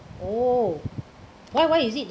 oh why why is it